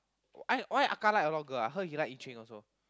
why Ahkah like a lot of girl ah heard he like Yi-Ching also